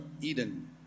Eden